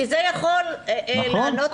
כי זה יכול לענות על השאלה של אוסאמה.